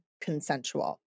consensual